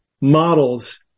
models